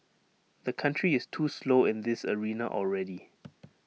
the country is too slow in this arena already